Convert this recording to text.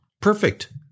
Perfect